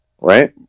Right